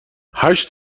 هشت